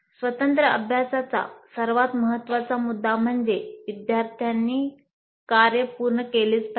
स्वतंत्र अभ्यासाचा सर्वात महत्वाचा मुद्दा म्हणजे विद्यार्थ्यांनी कार्य पूर्ण केलेच पाहिजे